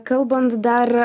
kalbant dar